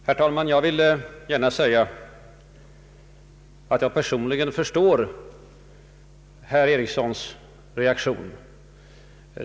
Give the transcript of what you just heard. Herr talman! Jag vill gärna säga att jag personligen förstår herr Ericssons reaktion.